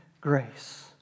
grace